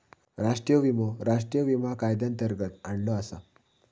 राष्ट्रीय विमो राष्ट्रीय विमा कायद्यांतर्गत आणलो आसा